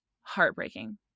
heartbreaking